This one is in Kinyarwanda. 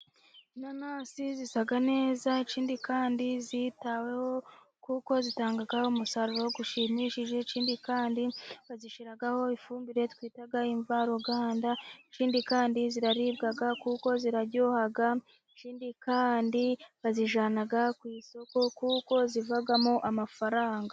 Inanasi zisa neza, ikindi kandi zitaweho kuko zitanga umusaruro ushimishije, ikindi kandi bazishyiraho ifumbire twita imvaruganda, ikindi kandi ziraribwa kuko ziraryoha, ikindi kandi bazijyana ku isoko kuko zivamo amafaranga.